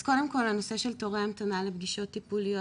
אז קודם כל הנושא של תורי המתנה לפגישות טיפוליות.